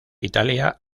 italia